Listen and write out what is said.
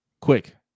quick